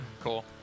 Cool